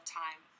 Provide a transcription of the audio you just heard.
time